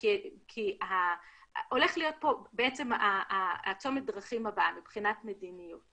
כי הולך להיות פה בעצם צומת הדרכים הבא מבחינת מדיניות,